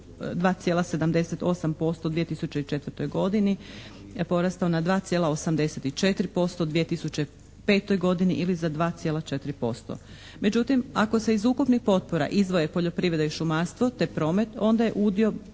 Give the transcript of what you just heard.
2,78% U 2004. godini porastao na 2,84% u 2005. godini ili za 2,4%. Međutim, ako se iz ukupnih potpora izdvoje poljoprivreda i šumarstvo te promet onda je udio